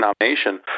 nomination